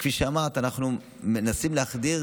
כפי שאמרת, אנחנו מנסים להחדיר